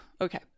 Okay